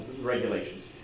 regulations